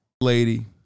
lady